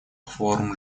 форм